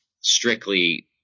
strictly